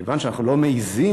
כיוון שאנחנו לא מעזים,